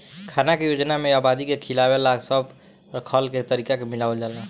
खाना के योजना में आबादी के खियावे ला सब खल के तरीका के मिलावल जाला